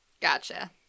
Gotcha